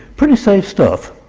pretty safe stuff,